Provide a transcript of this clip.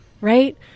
right